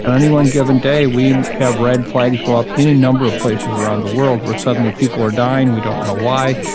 but any one given day we have red flags go up any number of places around the world where suddenly people are dying, we don't know why.